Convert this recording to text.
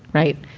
right.